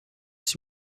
s’il